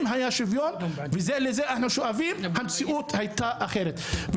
אם היה שוויון וזה לזה אנחנו שואפים המציאות הייתה אחרת.